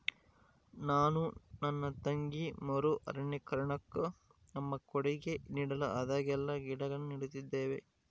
ನಾನು ನನ್ನ ತಂಗಿ ಮರು ಅರಣ್ಯೀಕರಣುಕ್ಕ ನಮ್ಮ ಕೊಡುಗೆ ನೀಡಲು ಆದಾಗೆಲ್ಲ ಗಿಡಗಳನ್ನು ನೀಡುತ್ತಿದ್ದೇವೆ